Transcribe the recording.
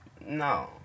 No